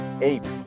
Apes